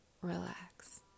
relax